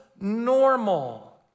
normal